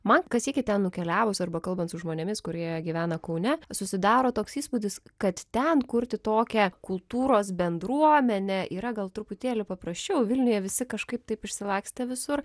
man kas sykį ten nukeliavus arba kalbant su žmonėmis kurie gyvena kaune susidaro toks įspūdis kad ten kurti tokią kultūros bendruomenę yra gal truputėlį paprasčiau vilniuje visi kažkaip taip išsilakstę visur